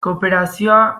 kooperazioa